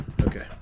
Okay